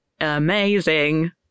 amazing